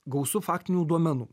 gausu faktinių duomenų